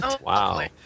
wow